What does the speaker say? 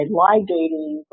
ligating